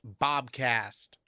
Bobcast